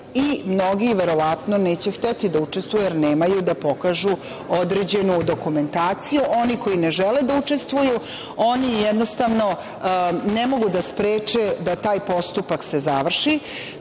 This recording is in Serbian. i mnogi verovatno neće hteti da učestvuju jer nemaju da pokažu određenu dokumentaciju. Oni koji ne žele da učestvuju oni, jednostavno, ne mogu da spreče da se taj postupak završi.